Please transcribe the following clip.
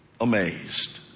amazed